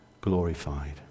glorified